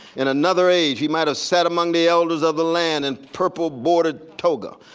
in another age he might have set among the elders of the land in purple bordered toga.